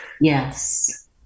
Yes